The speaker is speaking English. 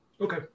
Okay